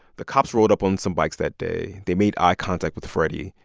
the cops rolled up on some bikes that day. they made eye contact with freddie,